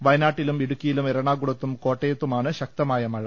വയനാട്ടിലും ഇടു ക്കിയിലും എറണാകുളത്തും കോട്ടയത്തുമാണ് ശക്തമായ മഴ